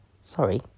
sorry